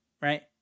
right